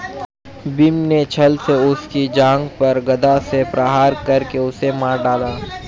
भीम ने छ्ल से उसकी जांघ पर गदा से प्रहार करके उसे मार डाला